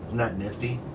that nifty?